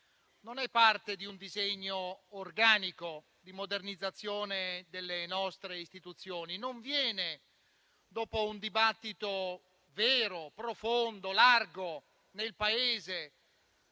non è parte di un disegno organico di modernizzazione delle nostre istituzioni; non viene dopo un dibattito vero, profondo, largo nel Paese